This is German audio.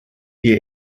ihr